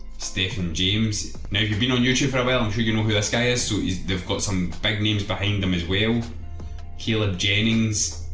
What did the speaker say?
stay from james now if you've been on youtube farewell and who you know velasquez so is they've got some magnums behind them is whale killer jennings